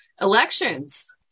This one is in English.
elections